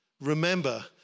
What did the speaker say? remember